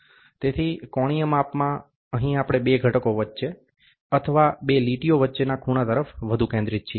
તેથી કોણીય માપમાં અહીં આપણે બે ઘટકો વચ્ચે અથવા બે લીટીઓ વચ્ચેના ખૂણા તરફ વધુ કેન્દ્રિત છીએ